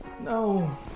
No